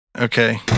Okay